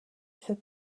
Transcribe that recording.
said